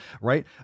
right